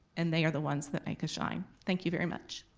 and they are the ones that make us shine. thank you very much.